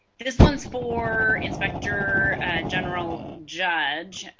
this one is for inspector general judge,